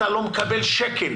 אתה לא מקבל שקל.